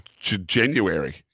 January